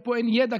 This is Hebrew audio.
ופה אין ידע,